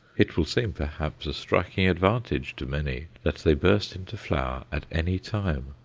it will seem perhaps a striking advantage to many that they burst into flower at any time,